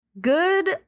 Good